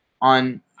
on